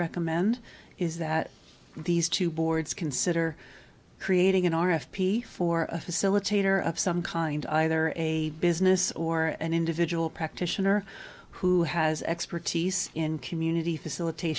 recommend is that these two boards consider creating an r f p for a facilitator of some kind either a business or an individual practitioner who has expertise in community facilitat